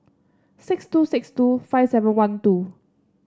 six two six two five seven one two